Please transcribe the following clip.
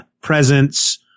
presence